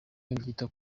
babyita